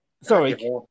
Sorry